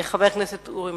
חבר הכנסת אורי